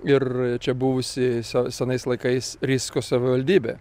ir čia buvusi se senais laikais risko savivaldybė